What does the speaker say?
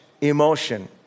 emotion